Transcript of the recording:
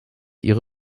ihre